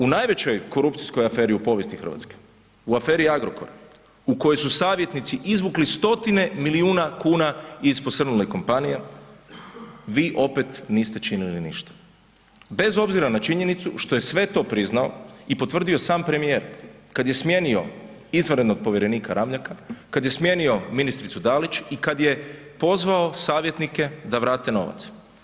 U najvećoj korupcijskoj aferi u Hrvatskoj, u aferi Agrokora u kojoj su savjetnici izvukli stotine miliona kuna iz posrnule kompanije vi opet niste činili ništa, bez obzira na činjenicu što je sve to priznao i potvrdio sam premijer kad je smijenio izvanrednog povjerenika Ramljaka, kad je smijenio ministricu Dalić i kad je pozvao savjetnike da vrate novac.